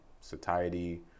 satiety